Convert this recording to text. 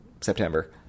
September